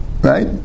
right